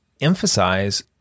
emphasize